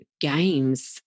games